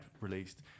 released